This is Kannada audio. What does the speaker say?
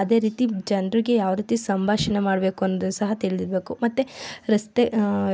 ಅದೇ ರೀತಿ ಜನ್ರಿಗೆ ಯಾವ ರೀತಿ ಸಂಭಾಷಣೆ ಮಾಡಬೇಕು ಅಂದು ಸಹ ತಿಳಿದಿರ್ಬೇಕು ಮತ್ತೆ ರಸ್ತೆ